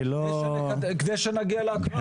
כדי שנגיע להקראה.